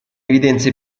evidenza